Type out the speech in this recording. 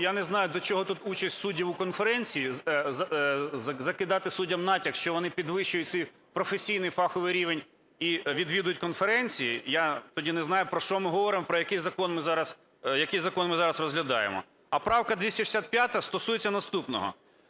я не знаю, до чого тут участь суддів у конференції, закидати суддям натяк, що вони підвищують свій професійний фаховий рівень і відвідують конференції. Я тоді не знаю, про що ми говоримо, про який закон ми зараз… який закон ми зараз розглядаємо. А правка 265 стосується наступного.